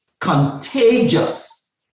contagious